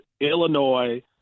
Illinois